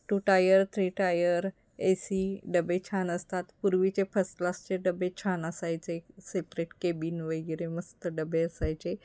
to tier three tier A C डबे छान असतात पूर्वीचे फर्स्ट क्लासचे डबे छान असायचे सेपरेट केबिन वगैरे मस्त डबे असायचे